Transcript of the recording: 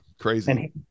crazy